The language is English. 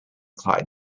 clyde